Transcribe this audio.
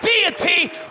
deity